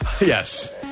yes